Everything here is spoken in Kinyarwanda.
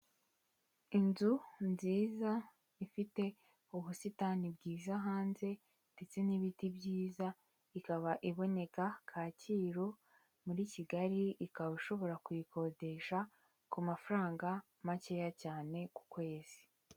Inzu nziza ifite ubusitani bwiza hanze ndetse n'ibiti byiza ikaba iboneka Kacyiru muri Kigali ukaba ushobora kuyikodesha ku mafaranga makeya cyane ku kwezi.